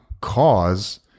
cause